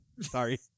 Sorry